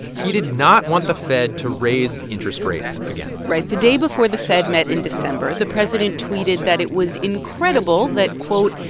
he did not want the fed to raise interest rates again right. the day before the fed met in december, the president tweeted that it was incredible that, quote,